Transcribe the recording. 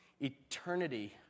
eternity